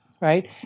right